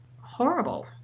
horrible